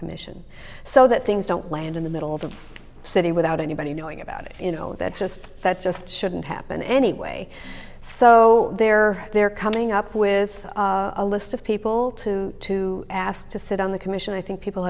commission so that things don't land in the middle of the city without anybody knowing about it you know that just that just shouldn't happen anyway so there they're coming up with a list of people to to ask to sit on the commission i think people